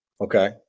okay